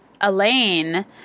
Elaine